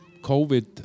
COVID